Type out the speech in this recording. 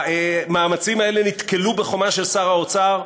המאמצים האלה נתקלו בחומה של שר האוצר,